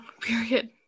period